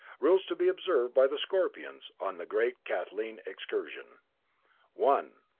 rules to be observed by the scorpions on the great kathleen excursion one.